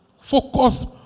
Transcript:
focus